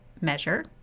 measure